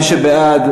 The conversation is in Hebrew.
מי שבעד,